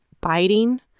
biting